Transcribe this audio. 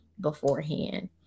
beforehand